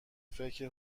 فکر